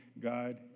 God